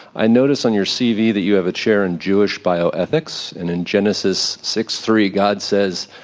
i notice on your cv that you have a chair in jewish bioethics and in genesis six three, god says,